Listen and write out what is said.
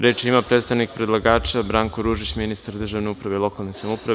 Reč ima predstavnik predlagača Branko Ružić, ministar državne uprave i lokalne samouprave.